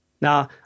Now